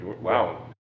wow